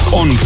on